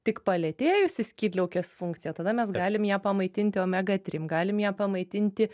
tik palėtėjusi skydliaukės funkcija tada mes galim ją pamaitinti omega trim galim ją pamaitinti